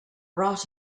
brought